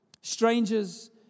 Strangers